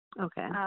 Okay